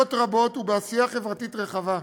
בפעילויות רבות ובעשייה חברתית רחבה.